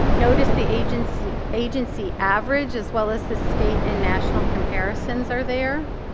notice the agency agency average as well as the state and national comparisons are there.